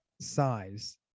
size